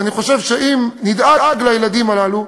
ואני חושב שאם נדאג לילדים הללו,